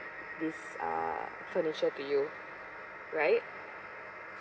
this uh furniture to you right